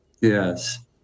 Yes